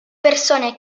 persone